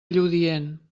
lludient